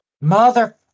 Mother